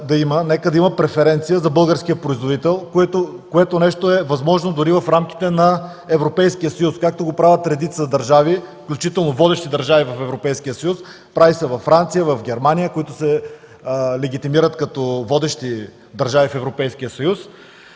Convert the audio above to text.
е да има преференция за българския производител, което е възможно дори в рамките на Европейския съюз, както го правят редица държави, включително водещи – Франция, Германия, които се легитимират като водещи държави в Европейския съюз.